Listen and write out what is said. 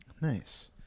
Nice